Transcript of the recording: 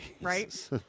Right